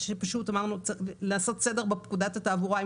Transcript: ואמרנו שצריך לעשות סדר בפקודת התעבורה.